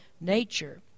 nature